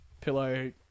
pillow